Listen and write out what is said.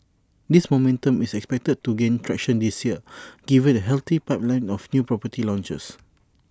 this momentum is expected to gain traction this year given A healthy pipeline of new property launches